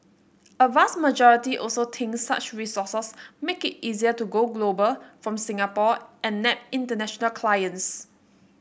a vast majority also thinks such resources make it easier to go global from Singapore and nab international clients